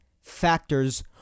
factors